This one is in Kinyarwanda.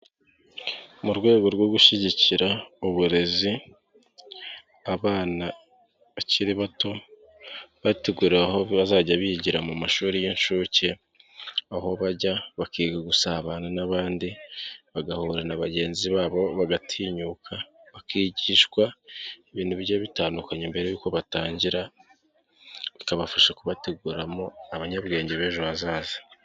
Mu rwego rwo gushyigikira uburezi, abana bakiri bato bateguriwe aho bazajya bigira mu mashuri y'inshuke, aho bajya bakiga gusabana n'abandi, bagahura na bagenzi babo bagatinyuka, bakigishwa ibintu bigiye bitandukanye mbere y'uko batangira, bikabafasha kubateguramo abanyabwenge b'ejo hazaza.